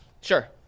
Sure